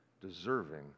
deserving